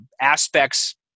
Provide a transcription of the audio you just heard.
aspects